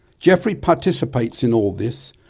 geoffrey participates in all this,